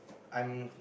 I'm